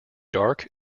dark